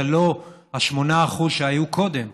זה לא ה-8% שהיו קודם,